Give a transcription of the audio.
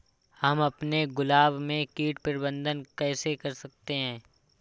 हम अपने गुलाब में कीट प्रबंधन कैसे कर सकते है?